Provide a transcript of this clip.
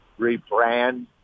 rebrand